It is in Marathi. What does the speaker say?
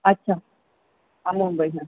अच्छा आ मुंबई हां